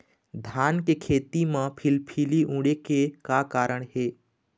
धान के खेती म फिलफिली उड़े के का कारण हे?